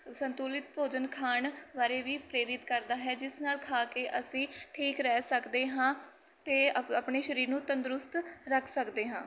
ਸੰਤੁਲਿਤ ਭੋਜਨ ਖਾਣ ਬਾਰੇ ਵੀ ਪ੍ਰੇਰਿਤ ਕਰਦਾ ਹੈ ਜਿਸ ਨਾਲ਼ ਖਾ ਕੇ ਅਸੀਂ ਠੀਕ ਰਹਿ ਸਕਦੇ ਹਾਂ ਅਤੇ ਅਪ ਆਪਣੇ ਸਰੀਰ ਨੂੰ ਤੰਦਰੁਸਤ ਰੱਖ ਸਕਦੇ ਹਾਂ